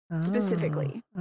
specifically